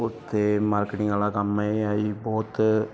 ਉੱਥੇ ਮਾਰਕਿਟਿੰਗਾਂ ਕੰਮ ਇਹ ਆ ਜੀ ਬਹੁਤ